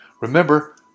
Remember